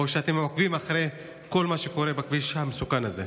או שאתם עוקבים אחרי כל מה שקורה בכביש המסוכן הזה?